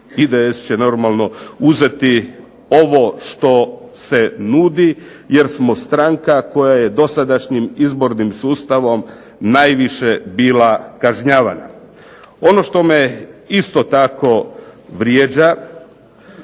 IDS će normalno uzeti ovo što se nudi, jer smo stranka koja je dosadašnjim izbornim sustavom najviše bila kažnjavanja. Ono što me isto tako vrijeđa